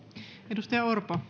arvoisa